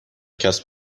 کسب